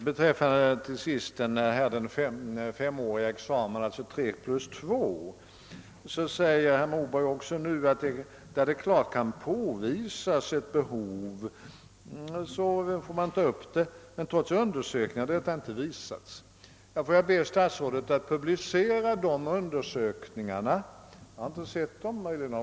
Beträffande examen efter fem år — tre plus två — säger herr Moberg också nu att där det klart kan påvisas ett behov får man ta hänsyn till det men att trots undersökningar ett sådant behov inte visats. Jag har inte sett sådana undersökningar, och det är möjligt att de har förbigått mig.